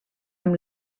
amb